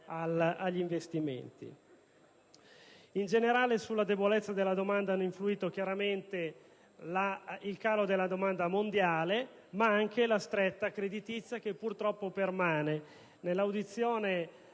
agli investimenti. In generale, sulla debolezza della domanda hanno influito chiaramente il calo della domanda mondiale, ma anche la stretta creditizia, che purtroppo permane. Nell'audizione